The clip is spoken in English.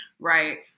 Right